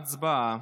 הצבעה.